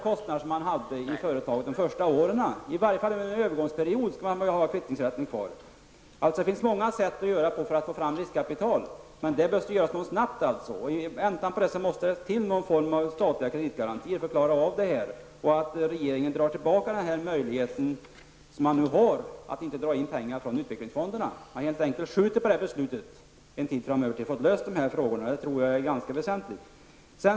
Kostnaderna i företagen de första åren skulle kunna dras av. Under en övergångsperiod skulle kvittningsrätten kunna finnas kvar. Det finns många sätt att få fram riskkapital. Men det måste ske snabbt. Tills vidare måste det finnas någon form av statliga kreditgarantier. Regeringen måste stoppa möjligheten, som man nu har, att inte dra in pengar från utvecklingsfonderna. Man kan helt enkelt skjuta på beslutet tills de här problemen har lösts. Jag tror att detta är ganska väsentligt.